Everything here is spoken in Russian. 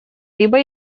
либо